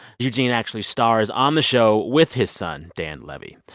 eugene actually stars on the show with his son dan levy.